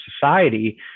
society